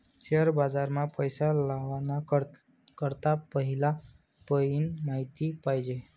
share बाजार मा पैसा लावाना करता पहिला पयीन माहिती पायजे